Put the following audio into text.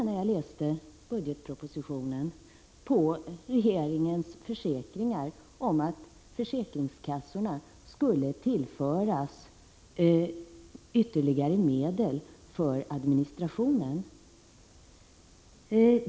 När jag läste budgetpropositionen trodde jag på regeringens löften om att försäkringskassorna skulle tillföras ytterligare medel för administrationen.